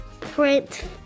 Print